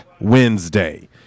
Wednesday